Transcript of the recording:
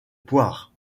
poire